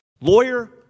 Lawyer